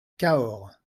cahors